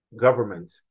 government